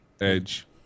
edge